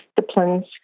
disciplines